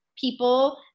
people